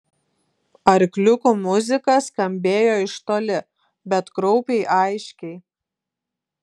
arkliukų muzika skambėjo iš toli bet kraupiai aiškiai